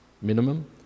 minimum